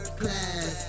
class